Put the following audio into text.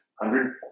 hundred